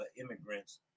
immigrants